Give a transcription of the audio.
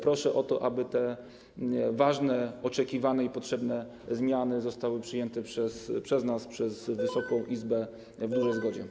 Proszę o to, aby te ważne, oczekiwane i potrzebne zmiany zostały przyjęte przez nas, przez Wysoką Izbę w dużej zgodzie.